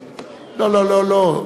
לא, לא, לא.